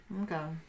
Okay